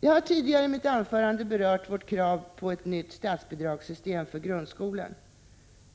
Jag har tidigare i mitt anförande berört vårt krav på ett nytt statsbidragssystem för grundskolan.